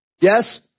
Yes